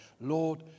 Lord